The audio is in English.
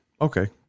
Okay